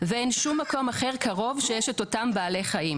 ואין שום מקום אחר קרוב שיש את אותם בעלי חיים.